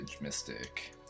mystic